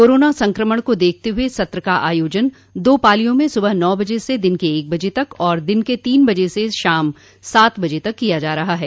corona संक्रमण को दखते हुए सत्र का आयोजन दो पालियों में सुबह नौ बजे से दिन के एक बजे तक और दिन के तीन बजे से शाम सात बजे तक किया जा रहा है